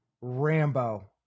rambo